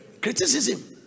criticism